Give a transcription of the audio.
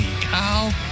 cow